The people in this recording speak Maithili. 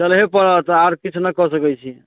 चलहे पड़त आर किछु नहि कऽ सकैत छी